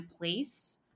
place